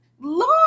Lord